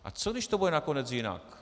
A co když to bude nakonec jinak?